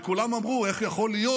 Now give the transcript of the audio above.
וכולם אמרו: איך יכול להיות?